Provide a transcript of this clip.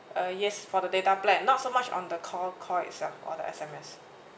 uh yes for the data plan not so much on the call call itself or the S_M_S